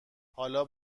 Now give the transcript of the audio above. حالا